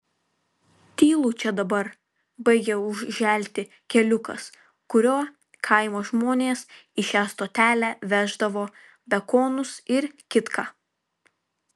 tylu čia dabar baigia užželti keliukas kuriuo kaimo žmonės į šią stotelę veždavo bekonus ir kitką